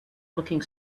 looking